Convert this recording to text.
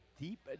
deep